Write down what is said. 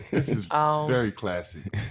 is ah very classy.